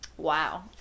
Wow